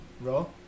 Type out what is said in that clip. Roll